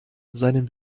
seinen